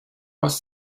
was